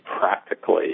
practically